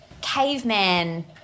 caveman